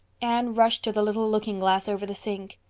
anne rushed to the little looking glass over the sink.